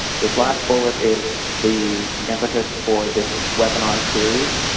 this last bullet is the impetus for this webinar series.